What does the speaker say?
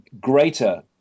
greater